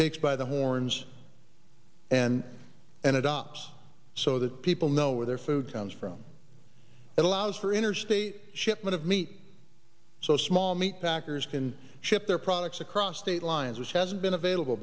takes by the horns and and adopts so that people know where their food comes from it allows for interstate shipment of meat so small meat packers can ship their products across state lines which has been available